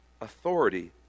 authority